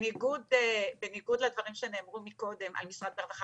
בניגוד לדברים שנאמרו קודם על משרד הרווחה,